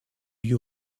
lieu